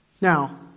Now